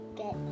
get